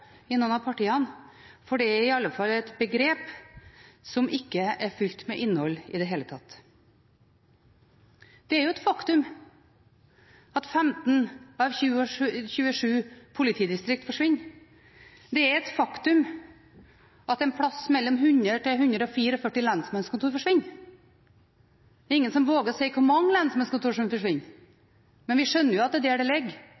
av noen spinndoktorer i noen av partiene. Det er i alle fall et begrep som ikke er fylt med innhold i det hele tatt. Det er et faktum at 15 av 27 politidistrikter forsvinner. Det er et faktum at 100–144 lensmannskontorer forsvinner. Det er ingen som våger å si hvor mange lensmannskontorer som forsvinner, men vi skjønner jo at det er der det ligger. Men det er Politidirektoratet som skal avgjøre det. Det